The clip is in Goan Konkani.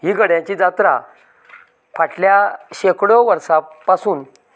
ही गड्यांची जात्रा फाटल्या शेकडो वर्सां पासून